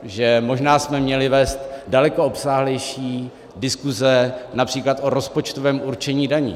Že možná jsme měli vést daleko obsáhlejší diskuse např. o rozpočtovém určení daní.